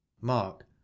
mark